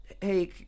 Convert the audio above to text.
Hey